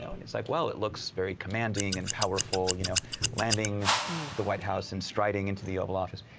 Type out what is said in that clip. like well, it looks very commanding, and powerful, you know landing the white house and striding into the oval office.